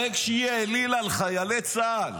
הרי כשהיא העלילה על חיילי צה"ל